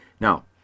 now